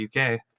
UK